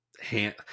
hand